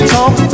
Talk